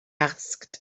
asked